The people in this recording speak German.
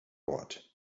ort